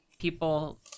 people